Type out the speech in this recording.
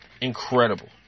incredible